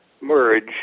merge